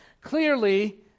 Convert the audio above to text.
clearly